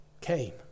came